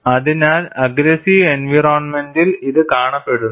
അതിനാൽ അഗ്ഗ്രെസ്സിവ് എൻവയറോണ്മെന്റിൽ ഇത് കാണപ്പെടുന്നു